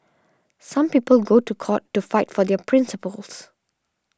some people go to court to fight for their principles